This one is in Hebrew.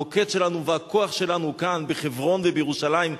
המוקד שלנו והכוח שלנו הוא כאן, בחברון ובירושלים.